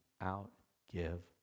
out-give